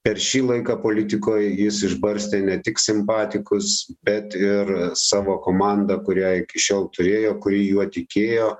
per šį laiką politikoj jis išbarstė ne tik simpatikus bet ir savo komandą kurią iki šiol turėjo kuri juo tikėjo